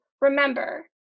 remember